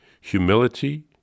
humility